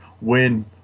win